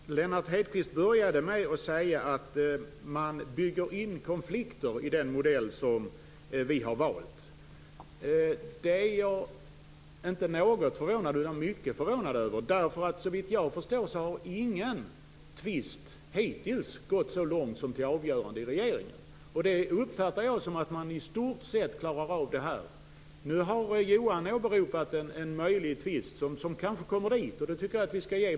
Herr talman! Lennart Hedquist inledde med att säga att man bygger in konflikter i den modell som vi har valt. Det är jag mycket förvånad över. Såvitt jag har förstått har ingen tvist hittills gått så långt som till avgörande av regeringen. Det uppfattar jag som att man i stort sett klarar av detta. Nu har Johan Lönnroth åberopat en tvist som möjligen kan bli föremål för avgörande av regeringen.